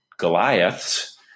Goliaths